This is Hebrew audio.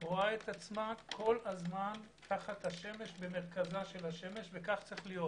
רואה את עצמה כל הזמן במרכז השמש, וכך צריך להיות.